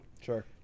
sure